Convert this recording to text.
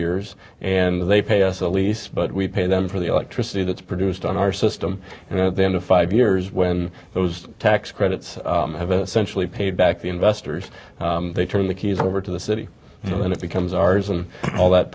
years and they pay us a lease but we pay them for the electricity that's produced on our system and then to five years when those tax credits have essential paid back to investors they turn the keys over to the city and it becomes ours and all that